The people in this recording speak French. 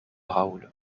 raoul